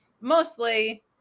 mostly